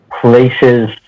places